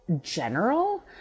general